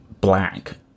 black